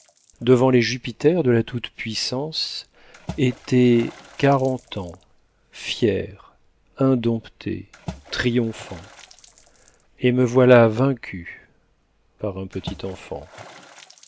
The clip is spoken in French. devant les jupiters de la toute-puissance été quarante ans fier indompté triomphant et me voilà vaincu par un petit enfant